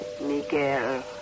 Miguel